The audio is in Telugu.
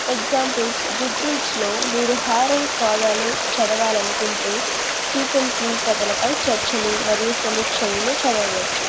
ఎగ్జాంపుల్స్ గుడ్రీడ్స్లో మీరు హారర్ కాధాలు చదవాలనుకుంటే స్టీఫెన్కింగ్ కథలపై చర్చలు మరియు సమీక్షలను చదవవచ్చు